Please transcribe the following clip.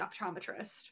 optometrist